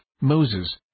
Moses